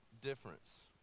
difference